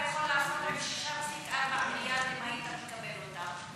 יכול לעשות עם 6.4 מיליארד אם היית מקבל אותם?